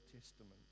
Testament